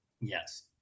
Yes